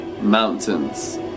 mountains